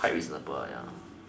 quite reasonable ya